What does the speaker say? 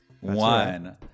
one